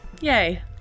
Yay